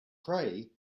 pray